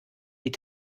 die